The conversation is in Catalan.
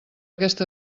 aquest